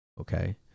okay